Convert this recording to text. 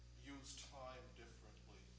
use time differently